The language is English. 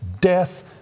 Death